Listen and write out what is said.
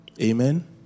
Amen